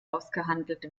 ausgehandelt